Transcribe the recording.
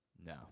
No